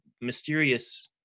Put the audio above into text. mysterious